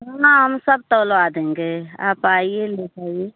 हाँ हम सब तौलवा देंगे आप आइए ले जाइए